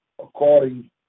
according